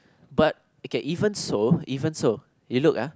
but okay even so even so you look ah